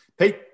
Pete